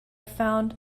found